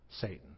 Satan